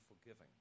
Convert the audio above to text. forgiving